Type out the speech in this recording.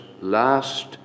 last